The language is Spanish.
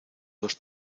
dos